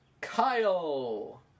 Kyle